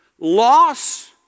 loss